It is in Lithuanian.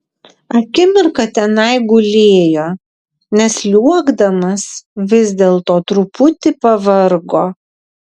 akimirką tenai gulėjo nes sliuogdamas vis dėlto truputį pavargo